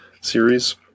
series